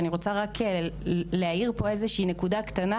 אני רוצה להעיר פה איזושהי נקודה קטנה